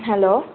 hello